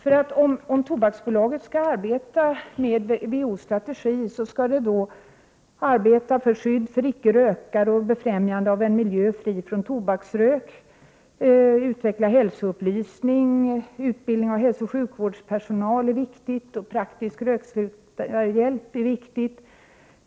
Om Tobaksbolaget skall arbeta med WHO:s strategi skall det arbeta för skydd för icke-rökare och befrämjande av en miljö fri från tobaksrök samt utveckla hälsoupplysning. Utbildning av hälsooch sjukvårdspersonal är viktig, och även praktisk hjälp till rökavvänjning.